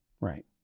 right